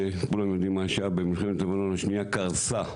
כולם יודעים מה שהיה במלחמת לבנון השנייה קרסה,